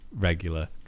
regular